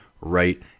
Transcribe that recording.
right